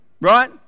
right